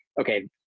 Okay